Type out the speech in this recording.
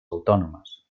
autònomes